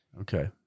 Okay